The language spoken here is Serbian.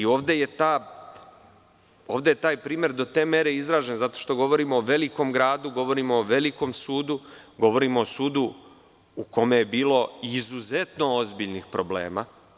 Ovde je taj primer do te mere izražen zato što govorimo o velikom gradu, govorimo o velikom sudu, govorimo o sudu u kome je bilo izuzetno ozbiljnih problema.